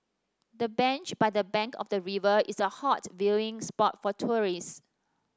the bench by the bank of the river is a hot viewing spot for tourists